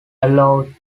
allowed